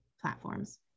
platforms